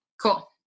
Cool